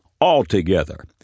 altogether